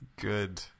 good